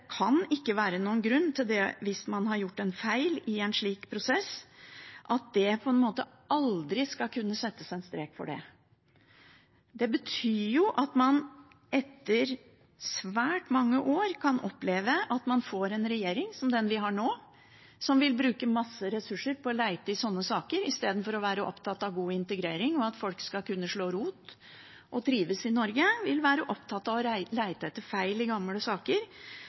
kan ikke være noen grunn til – hvis man har gjort en feil i en slik prosess – at det aldri skal kunne settes strek for det. Det betyr jo at man etter svært mange år kan oppleve å få en regjering, som den vi har nå, som vil bruke masse ressurser på å lete i sånne saker i stedet for å være opptatt av god integrering og at folk skal kunne slå rot og trives i Norge – en regjering som vil være opptatt av å lete etter feil i gamle saker